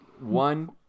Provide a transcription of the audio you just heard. One